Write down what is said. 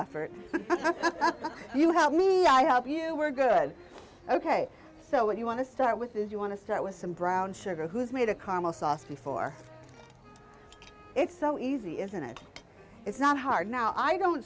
effort you help me i help you we're good ok so what you want to start with is you want to start with some brown sugar who's made a carmel sauce before it's so easy isn't it it's not hard now i don't